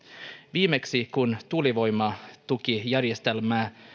viimeksi kun tuulivoimatukijärjestelmää